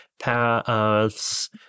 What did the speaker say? paths